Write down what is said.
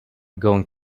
going